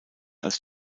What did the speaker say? als